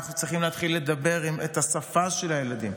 אנחנו צריכים להתחיל לדבר את השפה של הילדים.